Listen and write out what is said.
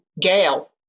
Gail